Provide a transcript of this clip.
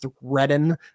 threaten